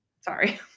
sorry